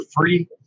free